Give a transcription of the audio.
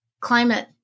climate